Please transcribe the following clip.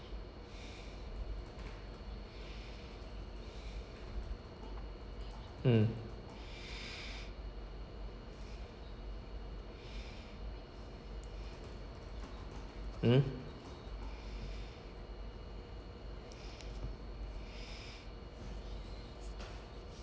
mm mm